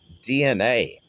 DNA